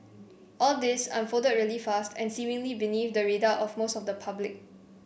all this unfolded really fast and seemingly beneath the radar of most of the public